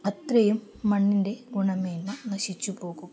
അത്രയും മണ്ണിൻ്റെ ഗുണമേന്മ നശിച്ചുപോകും